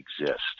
exist